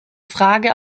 frage